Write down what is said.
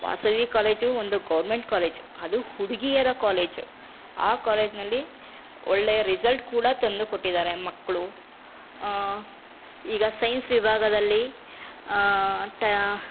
Vasavi college ಒಂದು government college ಅದು ಹುಡುಗಿಯರ ಕಾಲೇಜ್ ಆ ಕಾಲೇಜಿನಲ್ಲಿ ಒಳ್ಳೆಯ ರಿಸಲ್ಟ್ ಕೂಡ ತಂದು ಕೊಟ್ಟಿದ್ದಾರೆ ಮಕ್ಕಳು ಈಗ ಸೈನ್ಸ್ ವಿಭಾಗದಲ್ಲಿ ಟ